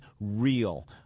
real